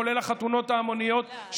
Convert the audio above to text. כולל החתונות ההמוניות,